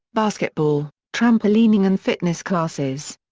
basketball, trampolining and fitness classes.